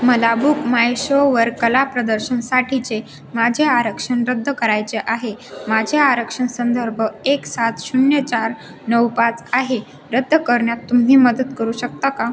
मला book my शोवर कला प्रदर्शनासाठीचे माझे आरक्षण रद्द करायचे आहे माझे आरक्षण संदर्भ एक सात शून्य चार नऊ पाच आहे रद्द करण्यात तुम्ही मदत करू शकता का